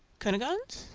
cunegonde?